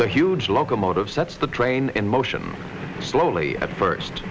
the huge locomotive sets the train in motion slowly at first